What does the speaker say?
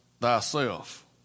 thyself